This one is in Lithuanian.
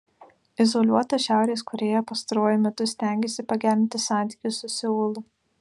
izoliuota šiaurės korėja pastaruoju metu stengiasi pagerinti santykius su seulu